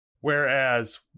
Whereas